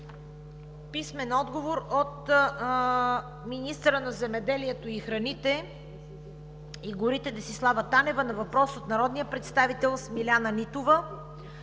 Сабанов; - министъра на земеделието, храните и горите Десислава Танева на въпрос от народния представител Смиляна Нитова;